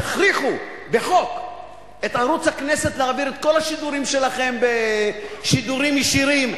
תכריחו בחוק את ערוץ הכנסת להעביר את כל השידורים שלכם בשידורים ישירים.